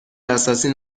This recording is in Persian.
دسترسی